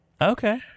Okay